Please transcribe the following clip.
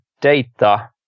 data